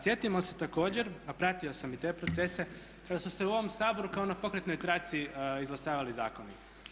Sjetimo se također, a pratio sam i te procese kada su se u ovom Saboru kao na pokretnoj traci izglasavali zakoni.